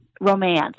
Romance